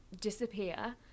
disappear